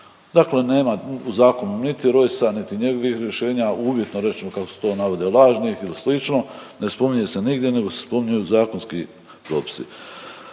Dakle nema u zakonu niti Rojsa niti njegovih rješenja, uvjetno rečeno, kako su to naveli, lažnih ili slično, ne spominje se nigdje nego se spominju zakonski propisi.